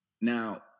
Now